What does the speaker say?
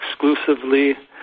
exclusively